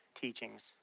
teachings